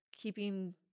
keeping